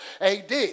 AD